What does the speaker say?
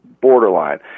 borderline